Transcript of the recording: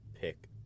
pick